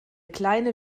kleine